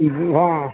ହଁ